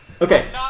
Okay